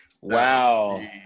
Wow